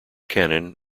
cannon